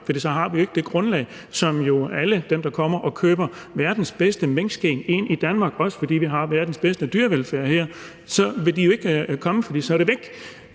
for så har vi jo ikke det grundlag for det. Så vil alle dem, der kommer og køber verdens bedste minkskind ind i Danmark, også fordi vi har verdens bedste dyrevelfærd, jo ikke komme, fordi det så er væk.